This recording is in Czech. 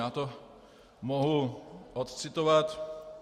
Já to mohu odcitovat.